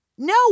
No